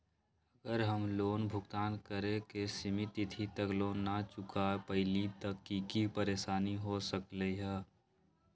अगर हम लोन भुगतान करे के सिमित तिथि तक लोन न चुका पईली त की की परेशानी हो सकलई ह?